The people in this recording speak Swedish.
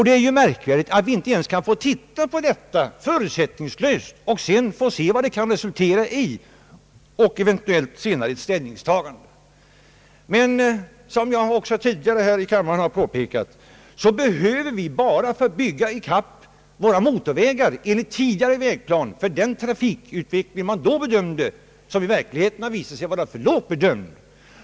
Det är märkvärdigt att vi inte ens kan få utreda detta förutsättningslöst, se vad utredningen kan resultera i och eventuellt senare göra ett ställningstagande. Som jag också tidigare här i kammaren har påpekat skulle vi behöva hela vårt vägbyggnadsanslag bara för att bygga ut våra motorvägar enligt tidigare vägplan för den trafikutveckling man då bedömde och som i verkligheten har visat sig vara för lågt bedömd.